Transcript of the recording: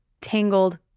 tangled